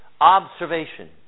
observation